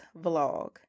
vlog